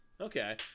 Okay